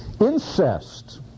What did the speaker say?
Incest